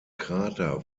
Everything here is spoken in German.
krater